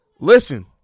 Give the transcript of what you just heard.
Listen